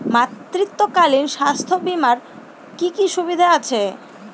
মাতৃত্বকালীন স্বাস্থ্য বীমার কি কি সুবিধে আছে?